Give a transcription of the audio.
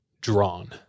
drawn